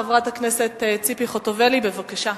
הדוברת הראשונה, חברת הכנסת ציפי חוטובלי, בבקשה.